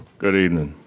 good evening.